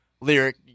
lyric